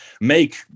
make